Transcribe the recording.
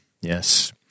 Yes